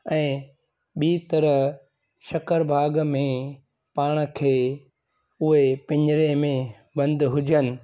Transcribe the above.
ऐं ॿी तरह शक्करबाग़ में पाण खे उहे पिञिरे में बंदि हुजनि